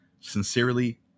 Sincerely